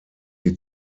die